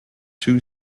two